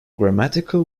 grammatical